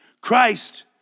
Christ